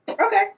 Okay